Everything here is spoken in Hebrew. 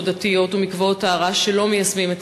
דתיות ומקוואות טהרה שלא מיישמים את